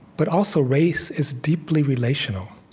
but also, race is deeply relational.